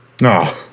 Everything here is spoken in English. No